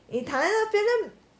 你躺在那边 then